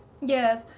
Yes